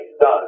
done